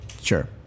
Sure